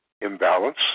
imbalance